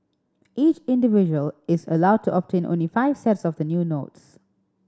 each individual is allowed to obtain only five sets of the new notes